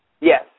Yes